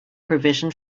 provision